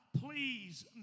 please